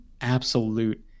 absolute